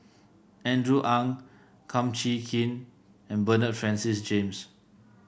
Andrew Ang Kum Chee Kin and Bernard Francis James